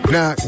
Now